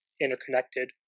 interconnected